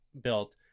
built